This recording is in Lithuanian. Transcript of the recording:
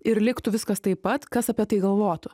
ir liktų viskas taip pat kas apie tai galvotų